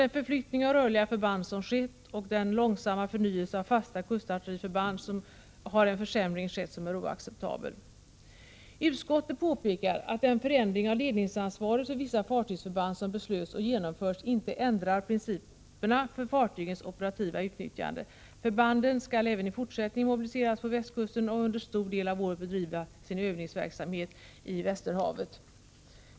Genom förflyttningen av rörliga förband och genom den långsamma förnyelsen av fasta kustartilleriförband har det blivit en oacceptabel försämring. Utskottet påpekar att den förändring av ledningsansvaret för vissa fartygsförband som det beslutades om och som genomfördes inte ändrar principerna för fartygens operativa utnyttjande. Förbanden skall även i fortsättningen mobiliseras på västkusten och under en stor del av året bedriva sin övningsverksamhet i Västerhavet.